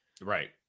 Right